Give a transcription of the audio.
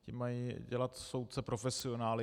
Ti mají dělat soudce profesionály.